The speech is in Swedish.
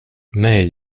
nej